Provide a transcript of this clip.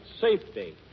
safety